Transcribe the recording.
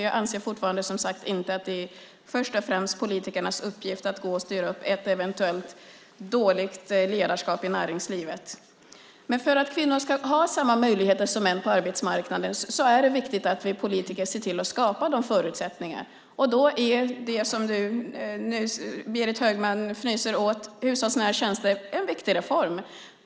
Jag anser, som sagt, fortfarande inte att det först och främst är politikernas uppgift att styra upp ett eventuellt dåligt ledarskap i näringslivet. Men för att kvinnor ska ha samma möjligheter som män på arbetsmarknaden är det viktigt att vi politiker ser till att skapa förutsättningar. Då är det som Berit Högman fnyser åt, det vill säga hushållsnära tjänster, en viktig reform.